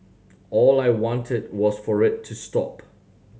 all I wanted was for it to stop